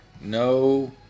No